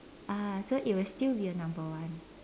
ah so it will still be a number one